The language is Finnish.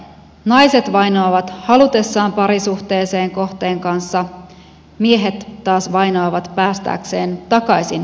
naiset vainoavat halutessaan parisuhteeseen kohteen kanssa miehet taas vainoavat päästäkseen takaisin parisuhteeseen